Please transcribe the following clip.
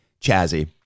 Chazzy